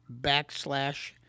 backslash